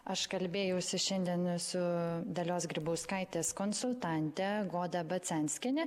aš kalbėjausi šiandien su dalios grybauskaitės konsultante goda bacenskiene